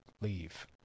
leave